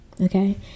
okay